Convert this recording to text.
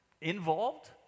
involved